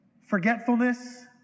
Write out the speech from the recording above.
forgetfulness